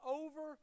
over